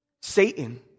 Satan